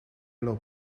loopt